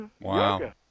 Wow